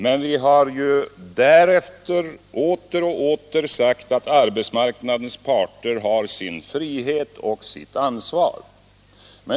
Men vi har därefter åter och åter sagt att arbetsmarknadens parter har sin frihet och sitt ansvar.